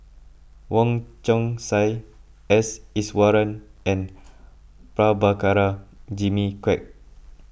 Wong Chong Sai S Iswaran and Prabhakara Jimmy Quek